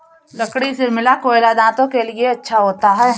लकड़ी से मिला कोयला दांतों के लिए भी अच्छा होता है